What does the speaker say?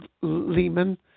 Lehman